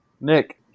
Nick